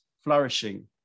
flourishing